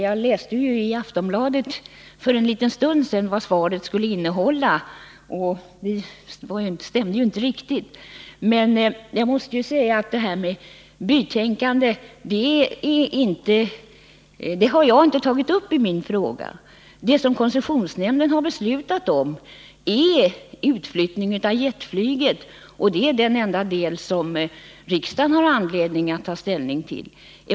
Jag läste i Aftonbladet för en liten stund sedan vad svaret skulle innehålla, och det stämde inte riktigt. Men jag måste säga att det här med bytänkande har jag inte tagit upp i min fråga. Det som koncessionsnämnden har beslutat om är utflyttning av jetflyget, och det är den enda del som riksdagen har anledning att ta ställning till.